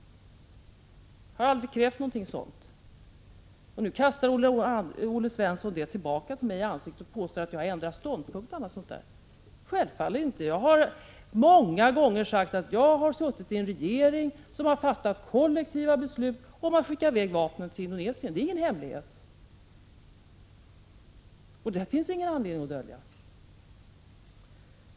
Jag har aldrig krävt någonting sådant. Nu kastar Olle Svensson detta tillbaka till mig och påstår att jag har ändrat ståndpunkt och annat sådant. Självfallet inte! Jag har många gånger sagt att jag har suttit i en regering som har fattat kollektiva beslut om att skicka i väg vapen till Indonesien. Det är ingen hemlighet. Det finns ingen anledning att dölja detta.